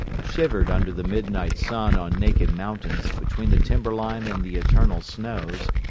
shivered under the midnight sun on naked mountains between the timber line and the eternal snows,